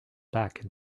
back